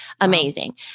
amazing